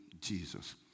Jesus